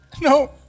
No